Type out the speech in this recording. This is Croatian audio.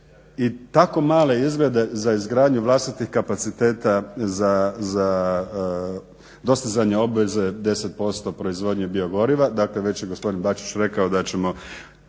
i tako male izglede za izgradnju vlastitih kapaciteta za dostizanje obveze 10% proizvodnje bio goriva,